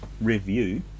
review